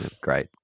great